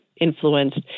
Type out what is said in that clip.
influenced